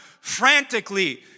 frantically